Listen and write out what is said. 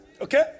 Okay